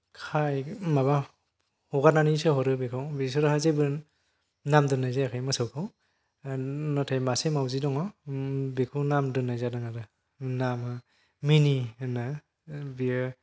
खायो माबा हगारनानै होसोहरो बेखौ बिसोरहा जेबो नाम दोननाय जायाखै मोसौखौ नाथाय मासे माउजि दङ बेखौ नाम दोननाय जादों आरो नामा मिनि होनो बियो